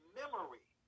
memory